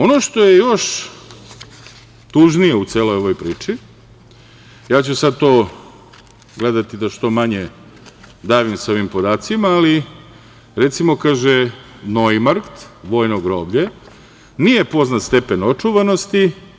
Ono što je još tužnije u celoj ovoj priči, ja ću sad to gledati da što manje davim sa ovim podacima, ali recimo, Nojmarkt, vojno groblje, nije poznat stepen očuvanosti.